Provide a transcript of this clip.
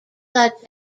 such